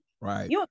Right